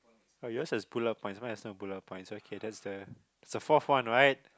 but yours has bullet points mine has no bullet points okay that's the it's the fourth one right